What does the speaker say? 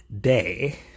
day